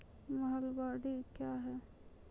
महलबाडी क्या हैं?